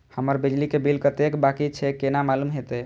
हमर बिजली के बिल कतेक बाकी छे केना मालूम होते?